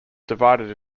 divided